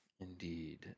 Indeed